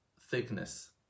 thickness